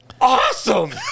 awesome